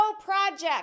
project